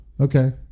Okay